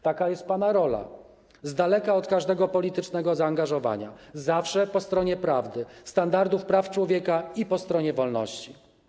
Taka jest pana rola: daleka od każdego politycznego zaangażowania, zawsze po stronie prawdy, standardów praw człowieka i po stronie wolności.